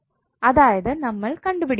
അതായത് നമ്മൾ കണ്ടുപിടിക്കേണ്ടത്